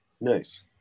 nice